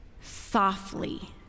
softly